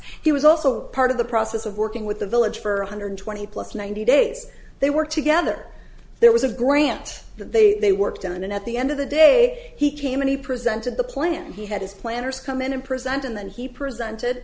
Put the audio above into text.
process he was also part of the process of working with the village for one hundred twenty plus ninety days they were together there was a grant that they worked on and at the end of the day he came and he presented the plan he had his planners come in and present and then he presented